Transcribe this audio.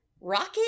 Rocket